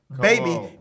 Baby